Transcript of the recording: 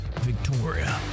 Victoria